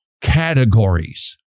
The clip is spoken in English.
categories